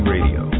Radio